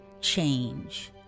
change